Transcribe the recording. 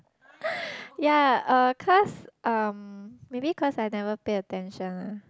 ya uh cause um maybe cause I never pay attention ah